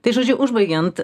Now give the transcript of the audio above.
tai žodžiu užbaigiant